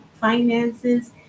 finances